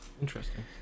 Interesting